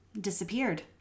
disappeared